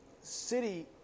city